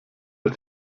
der